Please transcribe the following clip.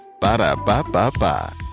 Ba-da-ba-ba-ba